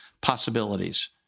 possibilities